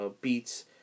beats